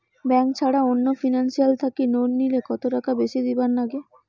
Bank ছাড়া অন্য financial থাকি লোন নিলে কতটাকা বেশি দিবার নাগে?